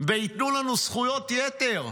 וייתנו לנו זכויות יתר.